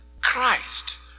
Christ